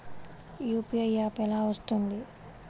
UPI app ఎలా వస్తుంది?